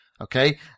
okay